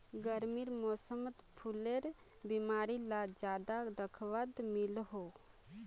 गर्मीर मौसमोत फुलेर बीमारी ला ज्यादा दखवात मिलोह